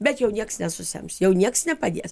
bet jau nieks nesusems jau nieks nepadės